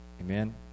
Amen